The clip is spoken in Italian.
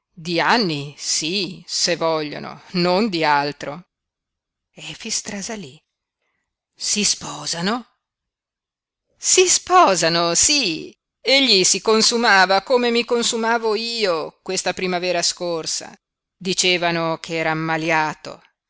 di anni sí se vogliono non di altro efix trasalí si sposano si sposano sí egli si consumava come mi consumavo io questa primavera scorsa dicevano ch'era ammaliato era ammaliato